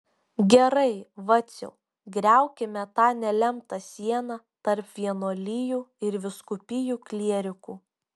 gerai vaciau griaukime tą nelemtą sieną tarp vienuolijų ir vyskupijų klierikų